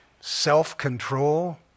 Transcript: self-control